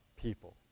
people